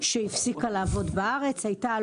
(חברת מחקר ומדידה אמריקאית) שהפסיקה לעבוד בארץ.